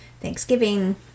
Thanksgiving